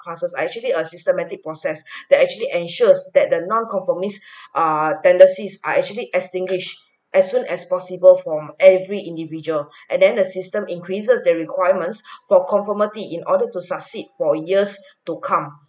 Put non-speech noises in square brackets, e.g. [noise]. classes are actually a systematic process [breath] that actually ensures that the non-conformist uh tendencies are actually extinguished as soon as possible from every individual [breath] and then the system increases their requirements [breath] for conformity in order to succeed for years to come